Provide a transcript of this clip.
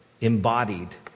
embodied